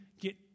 get